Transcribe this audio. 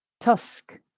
Tusk